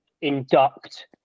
induct